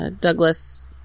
Douglas